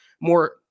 more